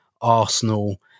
Arsenal